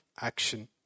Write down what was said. action